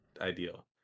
ideal